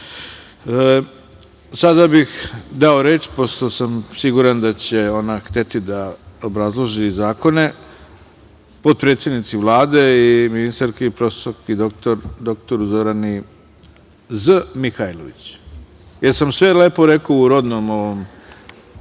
bih dao reč, pošto sam siguran da će ona hteti da obrazloži zakone, potpredsednici Vlade i ministarki prof. dr Zorani Z. Mihajlović. Jesam li sve lepo rekao u rodnom ovom